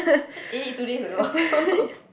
just ate it two days ago